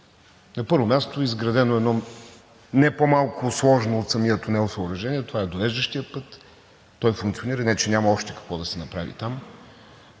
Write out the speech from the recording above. На първо място, изградено е едно не по-малко сложно от самия тунел съоръжение, това е довеждащият път. Той функционира, не че няма още какво да се направи там.